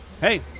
Hey